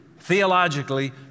theologically